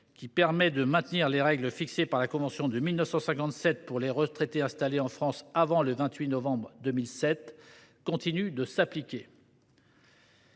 qui permet de maintenir les règles fixées par la convention de 1957 pour les retraités installés en France avant le 28 novembre 2007, continue de s’appliquer.